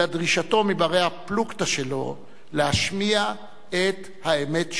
אלא דרישתו מבני-הפלוגתא שלו להשמיע את האמת שלהם.